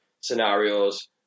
scenarios